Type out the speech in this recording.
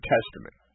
Testament